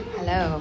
Hello